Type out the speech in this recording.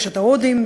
יש ההודים,